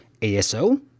ASO